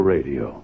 Radio